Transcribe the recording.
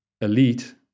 elite